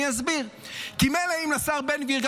אני אסביר: כי מילא אם לשר בן גביר,